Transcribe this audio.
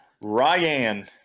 Ryan